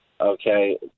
okay